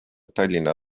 tallinna